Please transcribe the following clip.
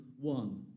one